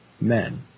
men